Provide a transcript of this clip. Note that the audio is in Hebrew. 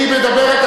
היא מדברת.